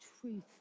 truth